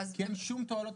כי אין שום תועלות.